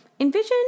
Envision